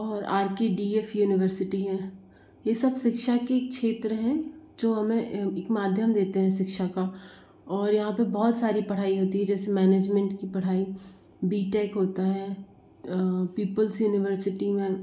और R K D F university है यह सब शिक्षा के क्षेत्र है जो हमें एक माध्यम देते हैं शिक्षा का और यहाँ पर बहुत सारी पढ़ाई होती है जैसे मैनेजमेंट की पढ़ाई बी टेक होता है पीपल्स यूनिवर्सिटी में